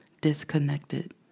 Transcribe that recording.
disconnected